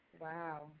Wow